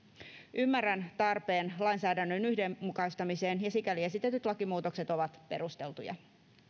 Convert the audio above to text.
ymmärrän tarpeen lainsäädännön yhdenmukaistamiseen ja sikäli esitetyt lakimuutokset ovat perusteltuja